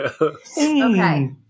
Okay